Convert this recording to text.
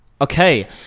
okay